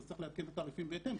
אז צריך לעדכן את התעריפים בהתאם.